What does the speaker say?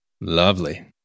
Lovely